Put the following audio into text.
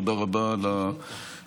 תודה רבה על השאילתה,